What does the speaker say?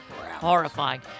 Horrifying